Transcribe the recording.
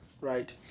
right